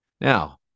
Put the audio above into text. Now